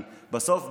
כי בסוף,